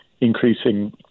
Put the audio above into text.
increasing